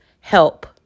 help